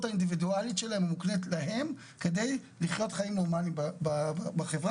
האינדיבידואלית שלהם המוקנית להם כדי לחיות חיים נורמליים בחברה.